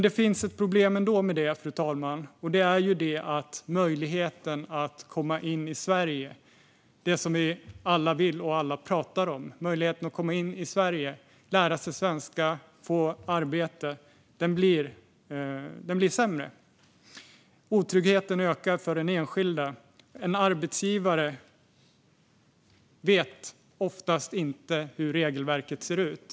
Det finns ändå ett problem med det, fru talman! Det är att möjligheten att komma in i Sverige - det som alla talar om - att lära sig svenska och få arbete blir sämre. Otryggheten ökar för den enskilde. En arbetsgivare vet oftast inte hur regelverket ser ut.